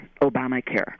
Obamacare